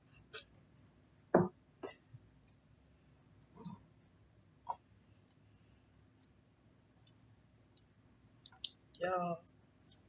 yeah